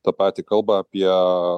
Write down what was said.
tą patį kalba apie